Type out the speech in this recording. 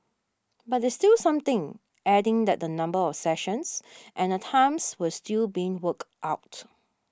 but it's still something adding that the number of sessions and the times were still being worked out